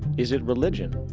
is it religion?